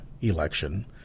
election